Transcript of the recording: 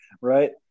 right